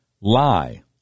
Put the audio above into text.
lie